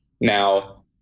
Now